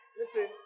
listen